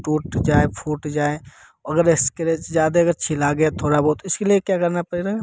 टूट जाए फूट जाए और स्क्रैच ज्यादा अगर छिला गया थोड़ा बहुत तो उसके लिए क्या करना पड़ेगा